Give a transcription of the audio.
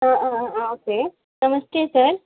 हा हा ओके नमस्ते सर्